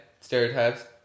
stereotypes